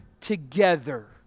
together